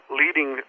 leading